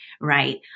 right